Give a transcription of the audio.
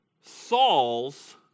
Saul's